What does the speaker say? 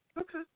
Okay